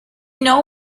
know